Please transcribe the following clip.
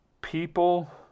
people